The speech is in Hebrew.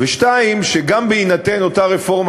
2. שגם בהינתן אותה רפורמה,